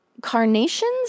Carnations